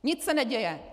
Nic se neděje!